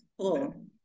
cool